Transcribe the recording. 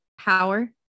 Power